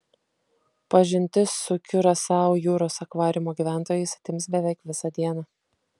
pažintis su kiurasao jūros akvariumo gyventojais atims beveik visą dieną